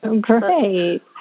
Great